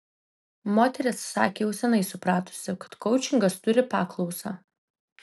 moteris sakė jau seniai supratusi kad koučingas turi paklausą